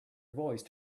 voice